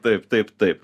taip taip taip